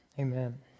Amen